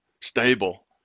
stable